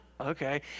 okay